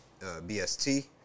BST